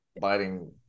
biting